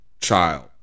child